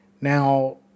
Now